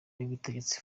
y’ubutegetsi